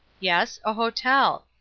yes, a hotel.